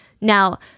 Now